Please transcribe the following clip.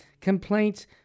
complaints